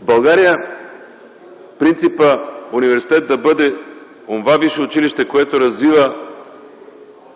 В България принципът университет да бъде онова висше училище, което развива